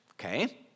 Okay